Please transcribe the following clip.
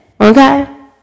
Okay